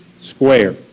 square